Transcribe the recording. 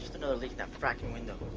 you know leak in that frakking window.